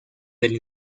del